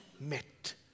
met